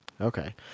Okay